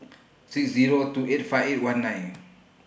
six Zero two eight five eight one nine